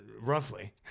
Roughly